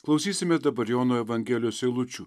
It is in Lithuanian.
klausysime dabar jono evangelijos eilučių